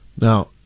Now